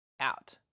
out